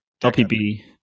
LPB